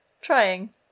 Trying